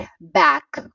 back